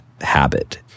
habit